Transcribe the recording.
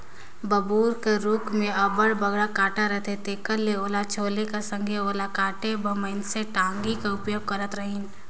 बबूर कर रूख मे अब्बड़ बगरा कटा रहथे तेकर ले ओला छोले कर संघे ओला काटे बर मइनसे टागी कर उपयोग करत रहिन